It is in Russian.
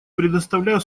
предоставляю